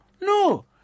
No